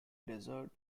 desert